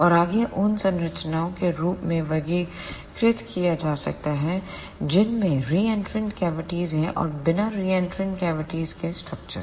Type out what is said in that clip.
और आगे उन संरचनाओं के रूप में वर्गीकृत किया जा सकता है जिनमें रीएंन्ट्रेंट कैविटीज़ हैं और बिना रीएंन्ट्रेंट कैविटीज़ के स्ट्रक्चर्स